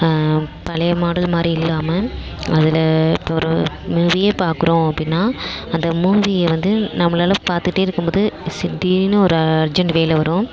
பழைய மாடல் மாதிரி இல்லாமல் அதில் இப்போ ஒரு மூவியே பார்க்குறோம் அப்படினா அந்த மூவியை வந்து நம்மளால் பார்த்துகிட்டே இருக்கும் போது திடீரென்னு ஒரு அர்ஜ்ஜெண்டு வேலை வரும்